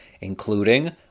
including